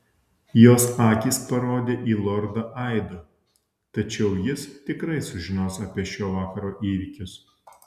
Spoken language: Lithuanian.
jos akys parodė į lordą aido tačiau jis tikrai sužinos apie šio vakaro įvykius